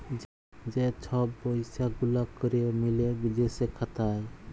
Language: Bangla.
যে ছব পইসা গুলা ক্যরে মিলে বিদেশে খাতায়